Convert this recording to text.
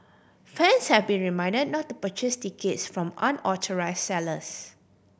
fans have been reminded not to purchase tickets from unauthorise sellers